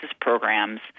programs